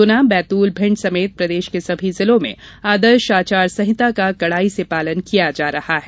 गुना बैतूल भिंड समेत प्रदेश के सभी जिलों में आदर्श आचार संहिता का कड़ाई से पालन किया जा रहा है